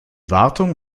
wartung